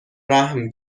رحم